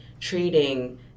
treating